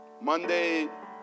Monday